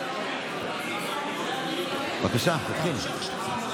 בבקשה, תשיב.